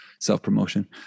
self-promotion